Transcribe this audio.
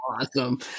Awesome